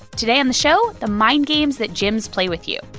today on the show, the mind games that gyms play with you.